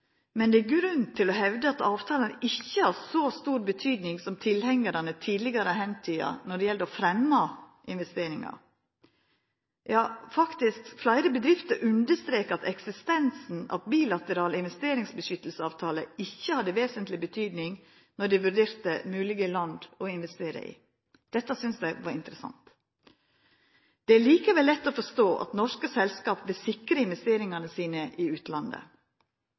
men det er grunn til å hevda at avtalane ikkje har så stor betyding som tilhengarane tidlegare har sikta til når det gjeld å fremja investeringar. Ja, faktisk understrekar fleire bedrifter at eksistensen av ein bilateral investeringsbeskyttelsesavtale ikkje hadde vesentleg betyding når dei vurderte moglege land å investera i. Dette synest eg var interessant. Det er likevel lett å forstå at norske selskap vil sikra investeringane sine i utlandet,